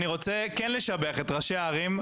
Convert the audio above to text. אני כן רוצה לשבח את ראשי הערים,